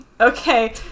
Okay